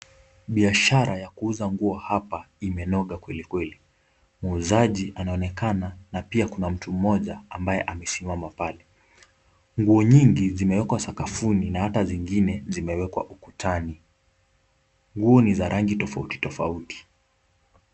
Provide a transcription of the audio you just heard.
Biashara ya kuuza nguo hapa imenoga kweli kweli. Muuzaji anaonekana na pia kuna mtu mmoja ambaye amesimama pale. Nguo nyingi zimewekwa sakafuni na hata zingine zimewekwa ukutani. Nguo ni za rangi tofauti tofauti.